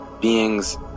beings